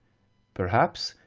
perhaps,